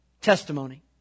testimony